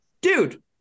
Dude